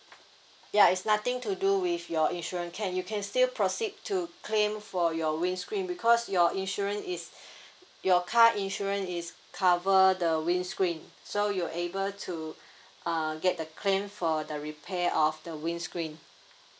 ya it's nothing to do with your insurance can you can still proceed to claim for your windscreen because your insurance is your car insurance is cover the windscreen so you'll able to uh get the claim for the repair of the windscreen